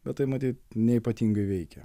bet tai matyt ne ypatingai veikė